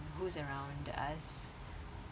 who's around us